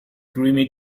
creamy